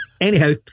Anyhow